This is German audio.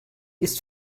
ist